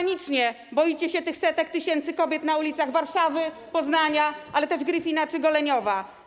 Panicznie boicie się tych setek tysięcy kobiet na ulicach Warszawy, Poznania, ale też Gryfina czy Goleniowa.